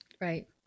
Right